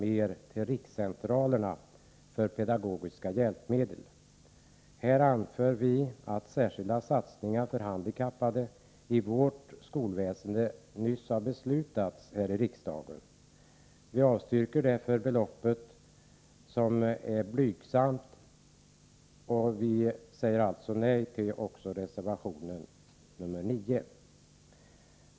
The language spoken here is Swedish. mer till rikscentralerna för pedagogiska hjälpmedel. Här anför utskottsmajoriteten att beslut nyss har fattats här i riksdagen om särskilda satsningar för handikappade i vårt skolväsende. Utskottsmajoriteten avstyrker därför beloppet, även om det är blygsamt, och säger alltså nej till reservation 9.